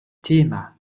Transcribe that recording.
thema